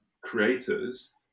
creators